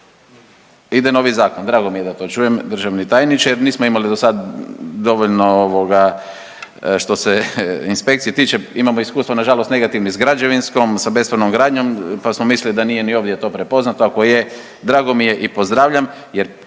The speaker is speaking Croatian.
ide novi zakon, drago mi je da to čujem državni tajniče jer nismo imali do sad dovoljno što se inspekcije tiče, imamo iskustva nažalost negativnih s građevinskom, sa bespravnom gradnjom pa smo mislili da nije ni ovdje to prepoznato, ako je, drago mi je i pozdravljam